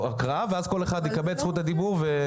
הקראה ואז תקבלו את רשות הדיבור.